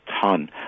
ton